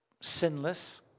sinless